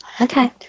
Okay